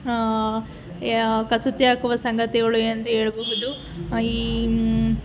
ಕಸೂತಿ ಹಾಕುವ ಸಂಗತಿಗಳು ಎಂದು ಹೇಳಬಹುದು